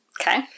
Okay